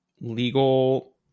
legal